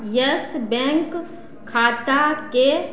yes Bank खाताकेँ